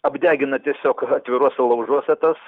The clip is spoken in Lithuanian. apdegina tiesiog atviruose laužuose tas